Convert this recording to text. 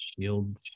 shield